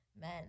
men